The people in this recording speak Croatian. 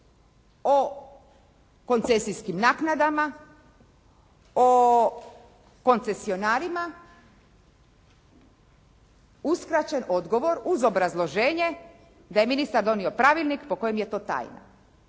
o koncesijskim naknadama, o koncesionarima uskraćen odgovor uz obrazloženje da je ministar donio pravilnik po kojem je to tajna.